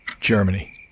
Germany